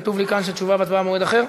כתוב לי כאן שתשובה והצבעה במועד אחר.